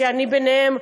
ואני ביניהם,